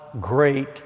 great